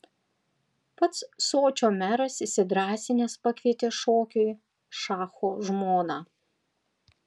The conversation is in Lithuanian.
pats sočio meras įsidrąsinęs pakvietė šokiui šacho žmoną